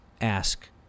ask